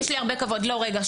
ויש לי הרבה כבוד --- שנייה,